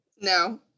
No